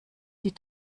die